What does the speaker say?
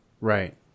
Right